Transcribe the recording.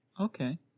Okay